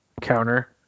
counter